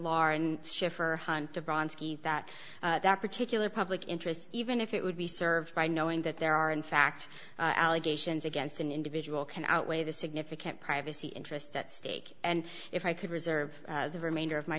larn schiffer that that particular public interest even if it would be served by knowing that there are in fact allegations against an individual can outweigh the significant privacy interests at stake and if i could reserve the remainder of my